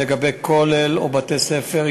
לגבי כולל או בתי-ספר.